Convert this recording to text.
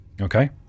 Okay